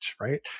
right